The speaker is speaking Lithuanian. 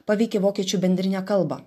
paveikė vokiečių bendrinę kalbą